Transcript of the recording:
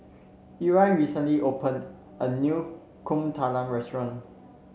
Ira recently opened a new Kuih Talam restaurant